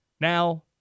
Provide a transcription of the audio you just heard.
Now